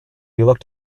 looked